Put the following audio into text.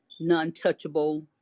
non-touchable